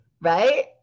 right